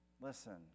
Listen